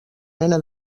mena